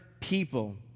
people